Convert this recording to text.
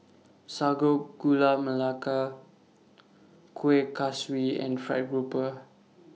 Sago Gula Melaka Kuih Kaswi and Fried Grouper